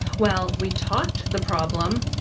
while we talked the problem,